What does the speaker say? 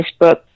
Facebook